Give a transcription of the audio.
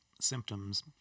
symptoms